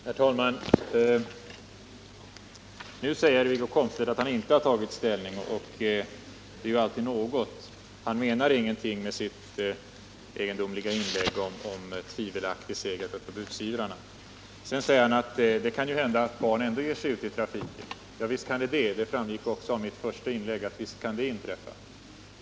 Herr talman! Nu sade Wiggo Komstedt att han inte har tagit ställning. Det är ju alltid något. Han menar ingenting med sitt egendomliga tal om en tvivelaktig seger för förbudsivrarna. Vidare sade han att barnen trots allt kan ge sig ut i trafiken. Ja, visst kan de det. Av mitt första inlägg framgick det också att sådant kan inträffa.